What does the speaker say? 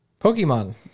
Pokemon